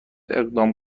اقدام